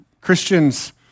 Christians